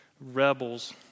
rebels